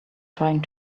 trying